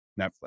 Netflix